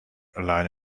allein